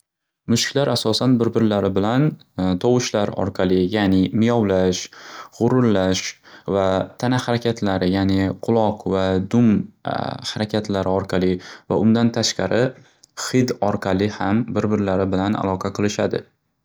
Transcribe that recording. Mushuklar asosan bir bilari bilan tovushlar orqali yani miyovlash g'urullash va tana xarakatlari yani quloq va dum xarakatlari orqali va undan tashqari xid orqali ham bir birlari bilan aloqa qilishadi.